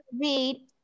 read